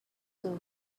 too